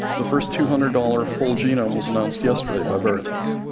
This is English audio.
the first two hundred dollars full genome was announced yesterday by veritas.